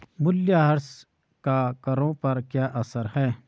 मूल्यह्रास का करों पर क्या असर है?